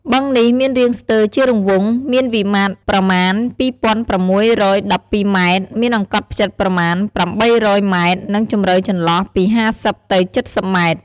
បឹងនេះមានរាងស្ទើរជារង្វង់ មានវិមាត្រប្រមាណ ពីរពាន់ប្រាំមួយរយដប់ពីរម៉ែត្រ មានអង្កត់ផ្ចឹតប្រមាណ ប្រាំបីរយម៉ែត្រ និងជម្រៅចន្លោះពីហាសិប ទៅ ចិតសិបម៉ែត្រ។